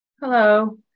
Hello